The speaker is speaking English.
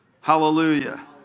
hallelujah